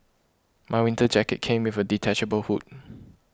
my winter jacket came with a detachable hood